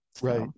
Right